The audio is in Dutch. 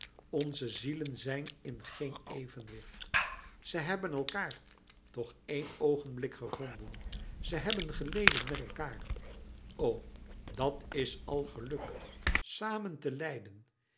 onze zielen zijn in geen evenwicht ze hebben elkaâr toch één oogenblik gevonden ze hebben geleden met elkaâr o dat is al geluk samen te lijden